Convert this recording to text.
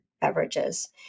beverages